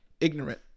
ignorant